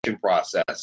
process